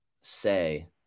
say